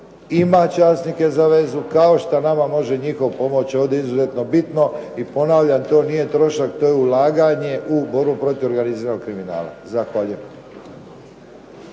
ima časnike za vezu kao što nama može njihov pomoći ovdje je izuzetno bitno. I ponavljam, to nije trošak, to je ulaganje u borbu protiv organiziranog kriminala. Zahvaljujem.